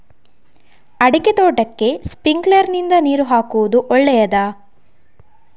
ಅಡಿಕೆ ತೋಟಕ್ಕೆ ಸ್ಪ್ರಿಂಕ್ಲರ್ ನಿಂದ ನೀರು ಹಾಕುವುದು ಒಳ್ಳೆಯದ?